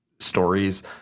stories